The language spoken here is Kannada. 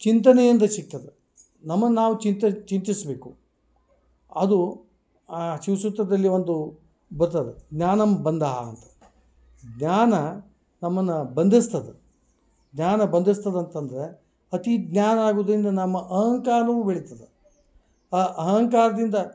ಚಿಂತನೆಯಿಂದ ಸಿಗ್ತದೆ ನಮಗೆ ನಾವು ಚಿಂತ ಚಿಂತಿಸಬೇಕು ಅದು ಆ ಶಿವಸೂತ್ರದಲ್ಲಿ ಒಂದು ಬರ್ತದ ಜ್ಞಾನಮ್ ಬಂಧಾಹಃ ಜ್ಞಾನ ನಮ್ಮನ್ನು ಬಂಧಿಸ್ತದೆ ಜ್ಞಾನ ಬಂಧಿಸ್ತದೆ ಅಂತಂದರೆ ಅತಿ ಜ್ಞಾನ ಆಗುದರಿಂದ ನಮ್ಮ ಅಹಂಕಾರವೂ ಬೆಳಿತದೆ ಆ ಅಹಂಕಾರದಿಂದ